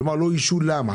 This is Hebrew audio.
כלומר, למה לא איישו אותם?